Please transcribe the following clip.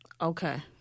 Okay